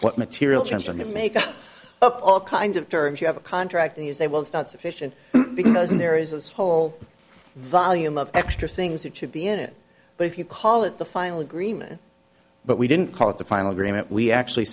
what material terms are going to make up all kinds of terms you have a contract you say well it's not sufficient and there is this whole volume of extra things that should be in it but if you call it the final agreement but we didn't call it the final agreement we actually